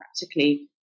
practically